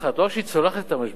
לא שהיא צולחת את המשבר,